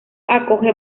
acoge